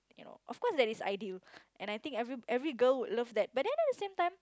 you know of course that is ideal and I think every every girl would love that but then at the same time